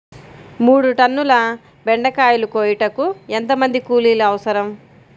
మూడు టన్నుల బెండకాయలు కోయుటకు ఎంత మంది కూలీలు అవసరం?